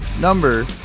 number